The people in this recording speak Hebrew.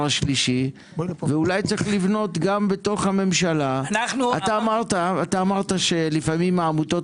השלישי ואולי צריך לבנות גם בתוך הממשלה אמרת שלפעמים העמותות